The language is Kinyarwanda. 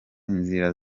inzira